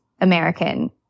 American